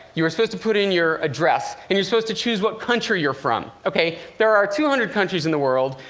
you're supposed to put in your address, and you're supposed to choose what country you're from, ok? there are two hundred countries in the world.